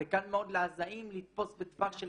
זה קל מאוד לעזתים לתפוס בטווח של